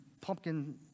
pumpkin